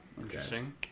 Interesting